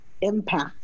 impact